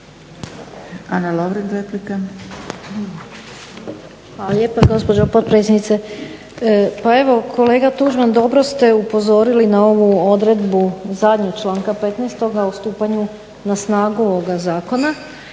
Ana Lovrin replika.